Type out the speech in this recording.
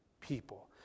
people